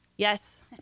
Yes